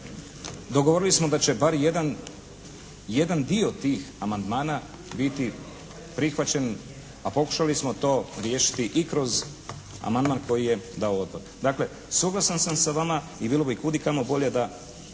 dogovorili smo da će bar jedan, jedan dio tih amandmana biti prihvaćen a pokušali smo to riješiti i kroz amandman koji je dao Odbor. Dakle suglasan sam sa vama i bilo bi kudikamo bolje da